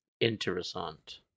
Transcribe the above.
Interessant